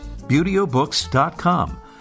Beautyobooks.com